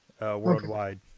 worldwide